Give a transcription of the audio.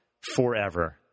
forever